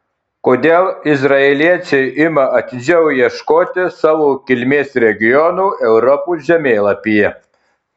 kodėl izraeliečiai ima atidžiau ieškoti savo kilmės regionų europos žemėlapyje